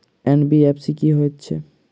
NBFC की हएत छै?